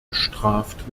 bestraft